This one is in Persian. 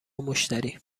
مشتری